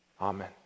Amen